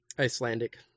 Icelandic